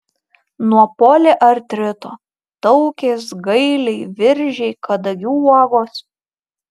nuo poliartrito taukės gailiai viržiai kadagių uogos